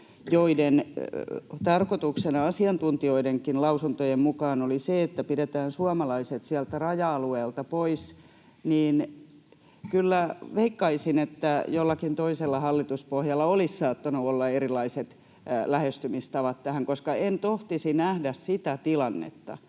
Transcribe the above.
joiden tarkoituksena asiantuntijoidenkin lausuntojen mukaan oli se, että pidetään suomalaiset sieltä raja-alueelta pois, niin kyllä veikkaisin, että jollakin toisella hallituspohjalla olisi saattanut olla erilaiset lähestymistavat tähän, koska en tohtisi nähdä sitä tilannetta,